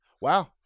Wow